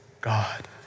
God